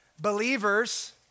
Believers